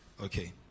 okay